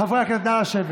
חברי הכנסת, נא לשבת.